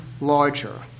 larger